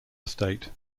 estate